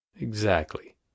Exactly